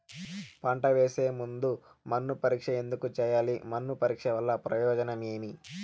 పంట వేసే ముందు మన్ను పరీక్ష ఎందుకు చేయాలి? మన్ను పరీక్ష వల్ల ప్రయోజనం ఏమి?